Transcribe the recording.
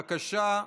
בבקשה.